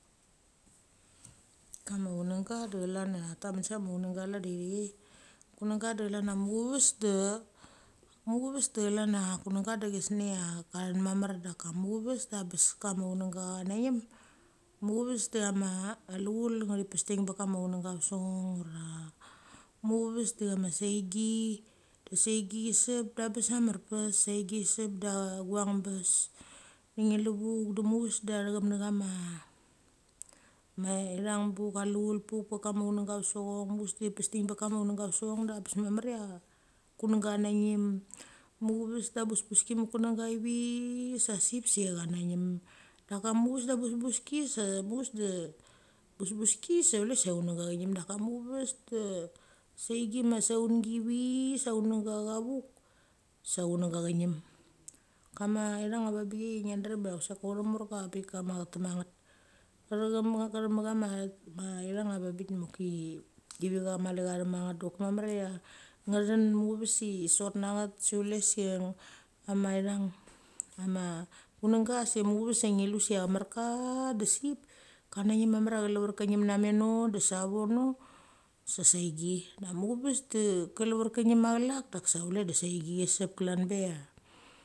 Kama chunagga de chlan cha tha taman sa ma chunangga chlan de ithikai. Kunangga de chlan a muchaves muchaves de chlan a kunga de chesnecha cha then mamar. Daka muchaves da bes kama chunangga chananim. Muchaves de chama luchul ngthi pes ding pa kama chunangga a va saung ura, muchaves de cha ma seingi seingi chisep da bes a mar pes, seingi chisep da guanbes. De nge lu de muchaves detha chap ngia chama ma ithang buk a luchul puk pe kama chunangga a vesachon. Muchaves de chi pesden pa kama chunga a ve sachon da bes mamar ila kunangga chenannem. Muchaves da pes peski mek kunga ivi sa sep se chenaem. Daka muchaves se boss boski se muchaves de bosboski se chule se se chunangga chenem daka mucha de seingi ma suangi ivi sa chunangga a vuk sa chunangga chanem. Kama ithang a vang bik cheie ngia drem ia chusek autha morka a pik ama cha tek ma nget. Cha thek machama ithrang a vang bik ma a choki chevicha mali cha thek ma nget de chok mamar cha ngthen muchaves se sot nget se chule se, ama ithang ama ma chunangga se muchave se nge lu se a marka da sep ka nenem mamar cha cheliver ka nenem nameno de savono, se seingi. Da muchaves de, cheliver kinem machelak de kis sa chule de seingi chi sep klan becha.